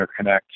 interconnect